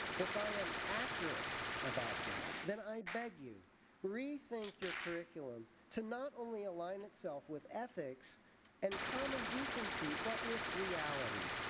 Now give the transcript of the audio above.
if i am accurate about them, then i beg you rethink your curriculum to not only align itself with ethics and common decency but reality.